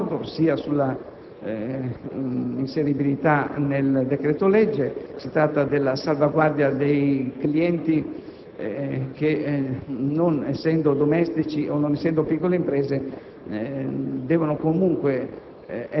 prezzi di riferimento per l'energia elettrica, sia perché si tratta di una disposizione che in questo caso non mi pare così allineata con il requisito costituzionale della straordinaria necessità ed urgenza, sia perché in effetti